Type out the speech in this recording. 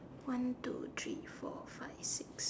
one two three four five six